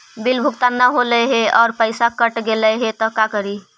Bill भुगतान न हौले हे और पैसा कट गेलै त का करि?